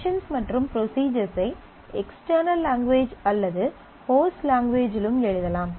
functions மற்றும் procedures ஐ external language அல்லது ஹோஸ்ட் லாங்குவேஜிலும் எழுதலாம்